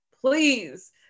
please